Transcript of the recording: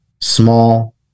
small